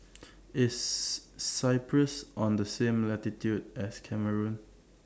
IS Cyprus on The same latitude as Cameroon